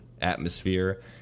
atmosphere